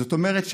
זאת אומרת,